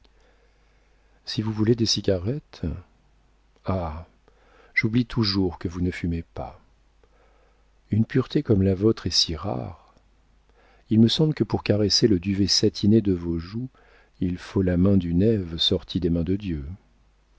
si vous voulez des cigarettes ah j'oublie toujours que vous ne fumez pas une pureté comme la vôtre est si rare il me semble que pour caresser le duvet satiné de vos joues il faut la main d'une ève sortie des mains de dieu